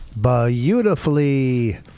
beautifully